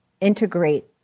integrate